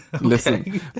Listen